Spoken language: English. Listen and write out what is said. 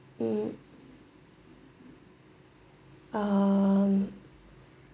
mm um